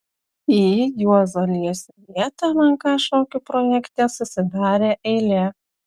į juozo liesio vietą lnk šokių projekte susidarė eilė